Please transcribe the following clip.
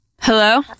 Hello